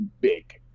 big